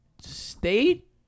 State